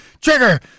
trigger